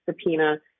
subpoena